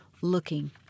looking